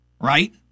right